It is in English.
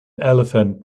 elephant